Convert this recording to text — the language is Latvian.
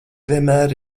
vienmēr